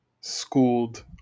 schooled